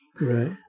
Right